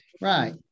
right